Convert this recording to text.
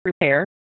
repair